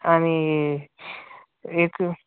आणि एक